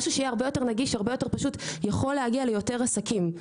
משהו שיהיה הרבה יותר נגיש והרבה יותר פשוט יוכל להגיע ליותר עסקים.